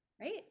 right